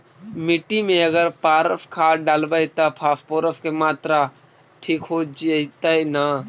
मिट्टी में अगर पारस खाद डालबै त फास्फोरस के माऋआ ठिक हो जितै न?